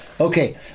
Okay